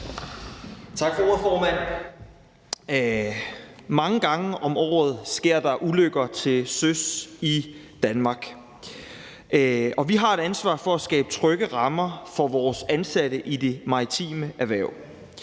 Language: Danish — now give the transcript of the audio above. Mange gange om året sker der ulykker til søs i Danmark, og vi har et ansvar for at skabe trygge rammer for vores ansatte i det maritime erhverv,